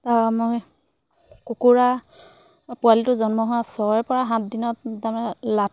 আৰু মই কুকুৰা পোৱালিটো জন্ম হোৱা ছয় পৰা সাতদিনত তাৰমানে